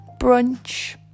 brunch